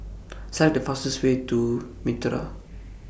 Select The fastest Way to Mitraa